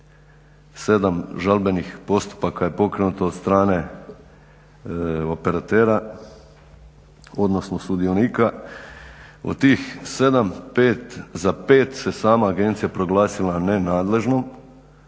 7 žalbenih postupaka je pokrenuto od strane operatera, odnosno sudionika. Od tih 7, za 5 se sama agencija proglasila nenadležnom,